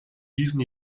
diesen